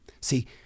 See